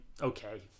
okay